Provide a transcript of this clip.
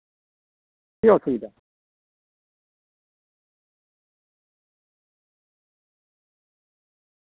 ᱚᱥᱩᱵᱤᱫᱷᱟ